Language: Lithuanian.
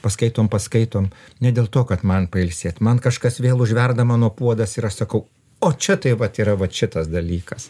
paskaitom paskaitom ne dėl to kad man pailsėt man kažkas vėl užverda mano puodas ir aš sakau o čia tai vat yra vat šitas dalykas